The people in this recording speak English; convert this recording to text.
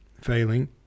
failing